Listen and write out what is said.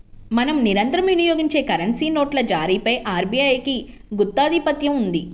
మనం నిరంతరం వినియోగించే కరెన్సీ నోట్ల జారీపై ఆర్బీఐకి గుత్తాధిపత్యం ఉంది